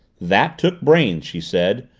that took brains, she said.